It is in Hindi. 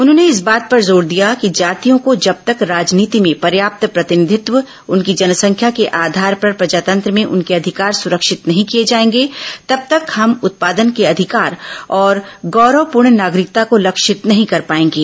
उन्होंने इस बात पर जोर दिया कि जातियों को जब तक राजनीति में पर्याप्त प्रतिनिधित्व उनकी जनसंख्या के आधार पर प्रजातंत्र में उनके अधिकार सुरक्षित नहीं किए जाएंगे तब तक हम उत्पादन के अधिकार और गौरवपूर्ण नागरिकता को लक्षित नहीं कर पाएंगे